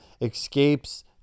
Escapes